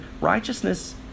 righteousness